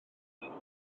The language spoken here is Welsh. siarad